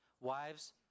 Wives